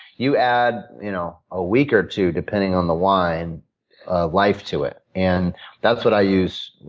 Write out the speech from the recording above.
you add you know a week or two, depending on the wine, of life to it, and that's what i use.